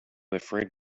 afraid